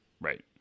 Right